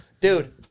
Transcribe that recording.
dude